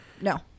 No